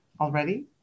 already